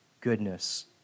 goodness